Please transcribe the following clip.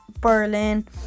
Berlin